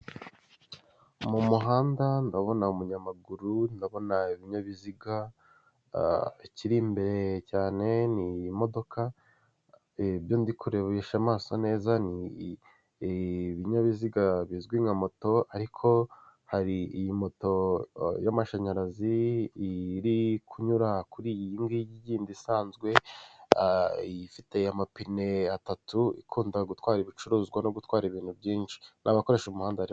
Mu muhanda ndabona umunyamaguru ndabona ibinyabiziga ikiri imbere cyane ni iyi modoka ,ibyo ndi kurebesha amaso neza ni ibinyabiziga bizwi nka moto, ariko hari imoto y'amashanyarazi iri kunyura kuri iyi ngiyi yindi isanzwe, ifite amapine atatu ikunda gutwara ibicuruzwa no gutwara ibintu byinshi. n'abakoresha umuhanda.